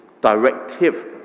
directive